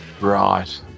Right